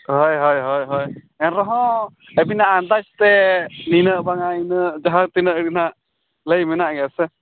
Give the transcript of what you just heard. ᱦᱚᱭ ᱦᱚᱭ ᱦᱚᱭ ᱦᱚᱭ ᱮᱱᱨᱮᱦᱚᱸ ᱟᱵᱤᱱᱟᱜ ᱟᱱᱫᱟᱡᱽᱛᱮ ᱱᱤᱱᱟᱹᱜ ᱵᱟᱝᱟ ᱤᱱᱟᱹᱜ ᱡᱟᱦᱟᱸ ᱛᱤᱱᱟᱹᱜ ᱜᱮ ᱱᱟᱦᱟᱜ ᱞᱟᱹᱭ ᱢᱮᱱᱟᱜ ᱜᱮᱭᱟ ᱥᱮ